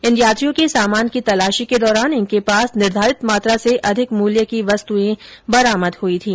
इन यात्रियों के सामान की तलाशी के दौरान इनके पास निर्धारित मात्रा से अधिक मूल्य की वस्तुएं बरामद हुई थी